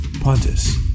Pontus